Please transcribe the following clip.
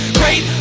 great